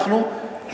אנחנו,